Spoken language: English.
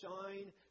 shine